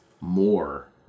more